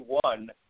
one